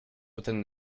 within